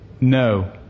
No